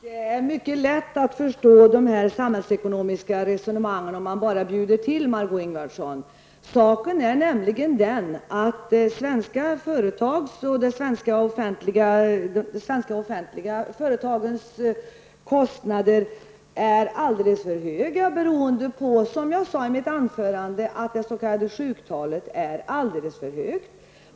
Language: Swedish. Herr talman! Det är mycket lätt att förstå de här samhällsekonomiska resonemangen om man bara bjuder till, Margó Ingvardsson. Saken är nämligen den att svenska företags -- och de svenska offentliga företagens -- kostnader är alldeles för höga beroende på, som jag sade i mitt anförande, att det s.k. sjuktalet är alldeles för högt.